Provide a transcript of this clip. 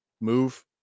Move